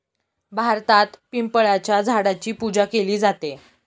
भारतात पिंपळाच्या झाडाची पूजा केली जाते